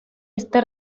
este